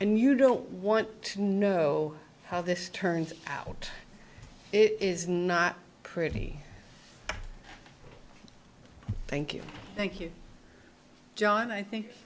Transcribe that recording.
and you don't want to know how this turns out it is not pretty thank you thank you jon i think